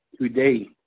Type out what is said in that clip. today